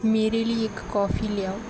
ਮੇਰੇ ਲਈ ਇੱਕ ਕੌਫੀ ਲਿਆਓ